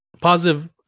positive